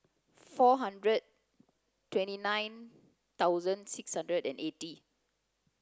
four hundred twenty nine thousand six hundred and eighty